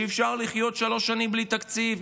שאפשר לחיות שלוש שנים בלי תקציב,